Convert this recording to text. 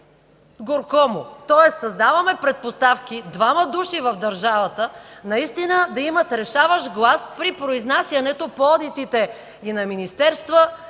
горко му! Тоест създаваме предпоставки двама души в държавата наистина да имат решаващ глас при произнасянето по одитите и на министерства,